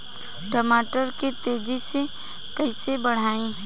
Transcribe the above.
टमाटर के तेजी से कइसे बढ़ाई?